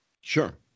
sure